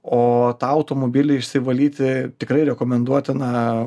o tą automobilį išsivalyti tikrai rekomenduotina